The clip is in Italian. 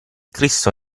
cristo